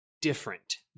different